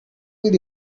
did